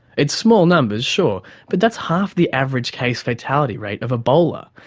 it's small numbers, sure, but that's half the average case fatality rate of ebola,